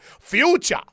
future